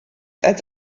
als